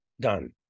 Done